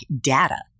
data